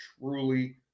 truly